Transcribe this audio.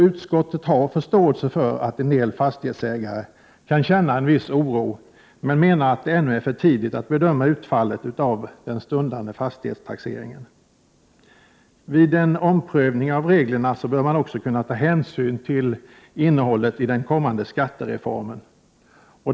Utskottet har också förståelse för att vissa fastighetsägare kan känna en viss oro, men menar att det ännu är för tidigt att bedöma utfallet av den stundande fastighetstaxeringen. Vid en omprövning av reglerna bör man också kunna ta hänsyn till innehållet i den kommande skattereformen.